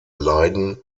leiden